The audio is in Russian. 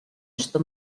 что